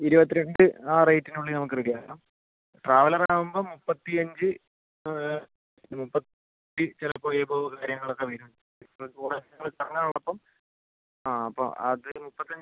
ഇരുപത്തിരണ്ട് ആ റേറ്റിനുള്ളിൽ നമുക്ക് റെഡി ആക്കാം ട്രാവലർ ആവുമ്പം മുപ്പത്തി അഞ്ച് ഒരു മുപ്പത്തി ചിലപ്പം എബോവ് കാര്യങ്ങളൊക്കെ വരും ഇപ്പം കുറേ നിങ്ങൾ കറങ്ങാൻ ഉള്ളപ്പം ആ അപ്പം അത് ഒരു മുപ്പത്തിയഞ്ച്